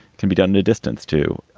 can be done at a distance, too.